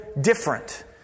different